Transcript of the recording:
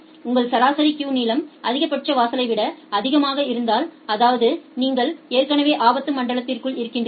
உங்கள் சராசரி கியூ நீளம் அதிகபட்ச வாசலை விட அதிகமாக இருந்தால் அதாவது நீங்கள் ஏற்கனவே ஆபத்து மண்டலத்திற்குள் இருக்கிறீர்கள்